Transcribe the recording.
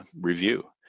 review